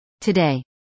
Today